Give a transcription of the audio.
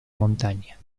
montaña